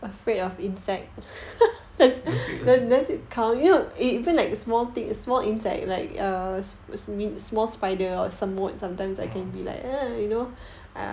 afraid of insect orh